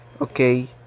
okay